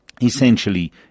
essentially